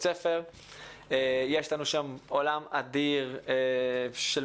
יש לנו שם עולם אדיר של משימות ואתגרים.